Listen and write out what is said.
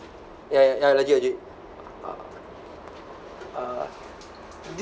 ya ya legit legit uh uh